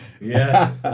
Yes